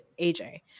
AJ